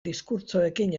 diskurtsoekin